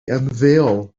ymddeol